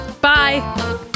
Bye